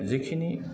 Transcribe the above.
जेखिनि